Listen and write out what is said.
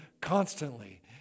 constantly